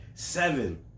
seven